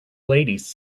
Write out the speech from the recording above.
ladies